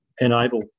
enable